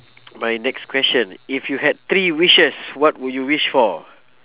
my next question if you had three wishes what would you wish for